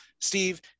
steve